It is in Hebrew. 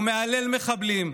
הוא מהלל מחבלים,